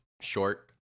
short